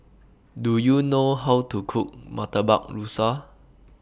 Do YOU know How to Cook Murtabak Rusa